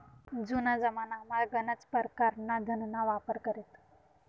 जुना जमानामा गनच परकारना धनना वापर करेत